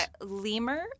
Lemur